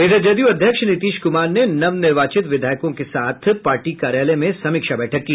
इधर जदयू अध्यक्ष नीतीश कुमार ने नवर्विचित विधायकों के साथ पार्टी कार्यालय में समीक्षा बैठक की